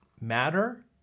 matter